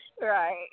Right